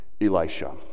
Elisha